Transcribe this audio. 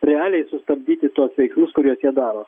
realiai sustabdyti tuos veiksmus kuriuos jie daro